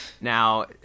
Now